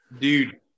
dude